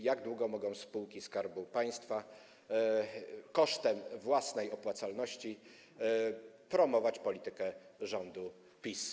Jak długo mogą spółki Skarbu Państwa kosztem własnej opłacalności promować politykę rządu PiS?